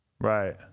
Right